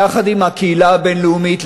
יחד עם הקהילה הבין-לאומית,